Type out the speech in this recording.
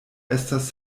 estas